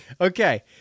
Okay